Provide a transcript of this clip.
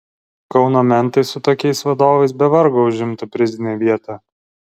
kauno mentai su tokiais vadovais be vargo užimtų prizinę vietą